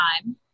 time